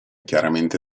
chiaramente